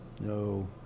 No